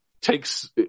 takes